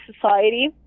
society